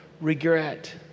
regret